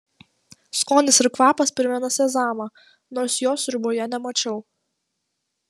skonis ir kvapas primena sezamą nors jo sriuboje nemačiau